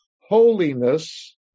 holiness